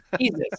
Jesus